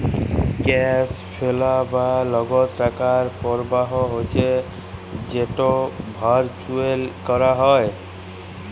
cash flow বা লগদ টাকার পরবাহ হচ্যে যেট ভারচুয়ালি ক্যরা হ্যয়